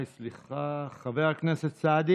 סליחה, חבר הכנסת סעדי